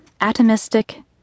atomistic